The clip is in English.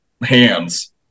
hands